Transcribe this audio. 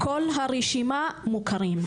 כל הרשימה מוכרים.